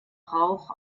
rauch